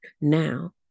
Now